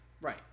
Right